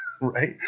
right